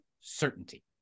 certainty